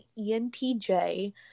ENTJ